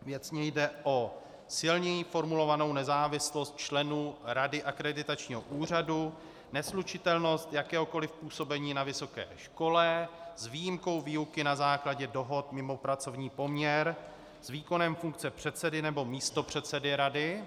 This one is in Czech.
Věcně jde o silněji formulovanou nezávislost členů rady akreditačního úřadu, neslučitelnost jakéhokoliv působení na vysoké škole s výjimkou výuky na základě dohod mimo pracovní poměr, s výkonem funkce předsedy nebo místopředsedy rady.